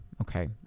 Okay